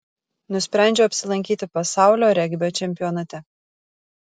nusprendžiau apsilankyti pasaulio regbio čempionate